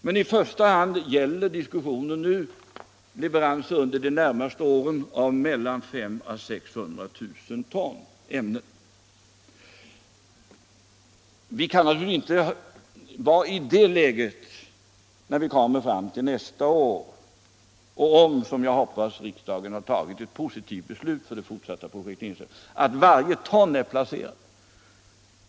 Men i första hand gäller diskussionen nu leveranser under de närmaste åren på mellan 500 000 och 600 000 ton ämnen. Vi kommer naturligtvis inte att befinna oss i det läget nästa år — om riksdagen, som jag hoppas, fattar ett positivt beslut om det fortsatta projekteringsarbetet — att varje ton är placerat.